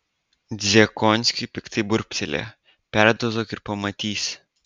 dziekonskiui piktai burbtelėjo perdozuok ir pamatysi